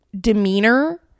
demeanor